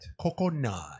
coconut